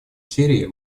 сирии